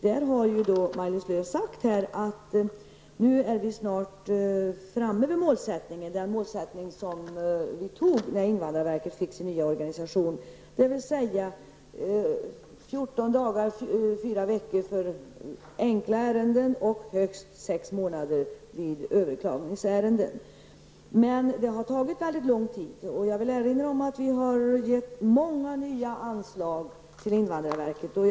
Där har Maj-Lis Lööw sagt att vi nu snart är framme vid målet, det mål som vi fastställde när invandrarverket fick sin nya organisation, dvs. 14 månader vid överklagningsärenden. Men det har ändå varit väldigt långa tider. Jag vill erinra om att vi har gett många nya anslag till invandrarverket sedan dess.